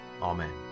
Amen